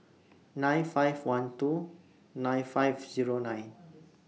nine five one two nine five Zero nine